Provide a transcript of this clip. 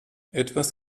etwas